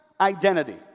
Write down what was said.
identity